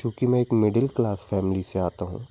क्योंकि मैं एक मिडिल क्लास फैमिली से आता हूँ